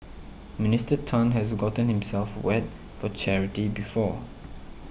Minister Tan has gotten himself wet for charity before